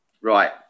Right